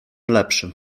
lepszy